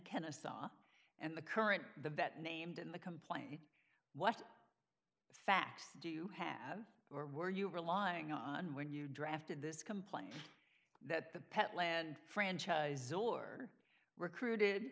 kennesaw and the current the vet named in the complaint what facts do you have or were you relying on when you drafted this complaint that the pet land franchise or recruited